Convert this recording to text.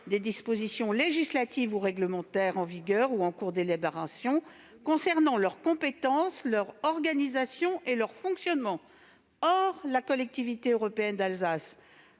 des dispositions législatives ou réglementaires, en vigueur ou en cours d'élaboration, concernant les compétences, l'organisation et le fonctionnement » des départements. La Collectivité européenne d'Alsace